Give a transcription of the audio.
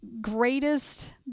greatest